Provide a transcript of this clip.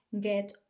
get